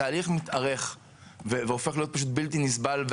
התהליך מתארך והופך להיות פשוט בלתי נסבל.